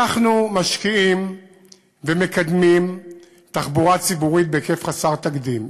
אנחנו משקיעים ומקדמים תחבורה ציבורית בהיקף חסר תקדים.